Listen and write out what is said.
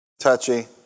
touchy